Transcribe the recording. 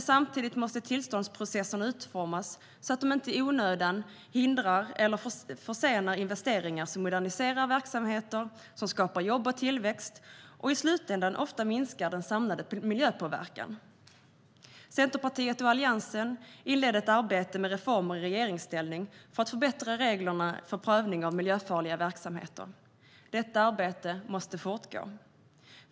Samtidigt måste tillståndsprocesserna utformas så att de inte i onödan hindrar eller försenar investeringar som moderniserar verksamheter, skapar jobb och tillväxt och i slutändan ofta minskar den samlade miljöpåverkan. Centerpartiet och Alliansen inledde ett arbete med reformer i regeringsställning för att förbättra reglerna för prövning av miljöfarliga verksamheter. Detta arbete måste fortgå.